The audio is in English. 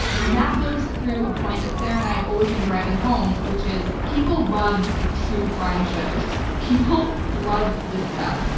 and that goes through a point that sarah and i have always been driving home, which is people love true crime shows, people love this stuff.